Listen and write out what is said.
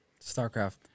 StarCraft